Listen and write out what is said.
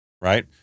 right